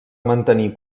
mantenir